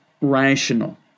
rational